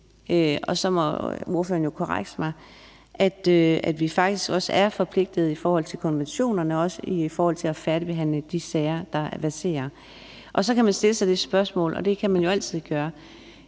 Daugaard jo korrigere mig – at vi faktisk også er forpligtet i forhold til konventionerne, også med hensyn til at færdigbehandle de sager, der verserer. Så kan man stille sig det spørgsmål – og det kan man jo altid gøre: